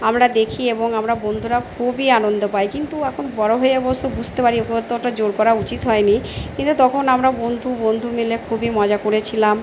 আমরা দেখি এবং আমরা বন্ধুরা খুবই আনন্দ পাই কিন্তু এখন বড়ো হয়ে অবশ্য বুঝতে পারি ওকে অতটা জোর করা উচিত হয় নি এটা তখন আমরা বন্ধু বন্ধু মিলে খুবই মজা করেছিলাম